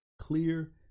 clear